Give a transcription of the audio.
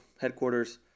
headquarters